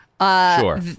Sure